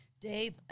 Dave